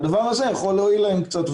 הדבר הזה יכול להועיל להם קצת,